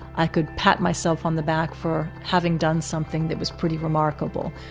i could pat myself on the back for having done something that was pretty remarkable.